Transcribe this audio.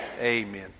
Amen